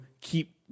keep –